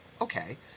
Okay